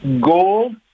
gold